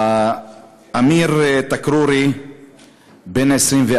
אמיר תכרורי ז"ל, בן 24,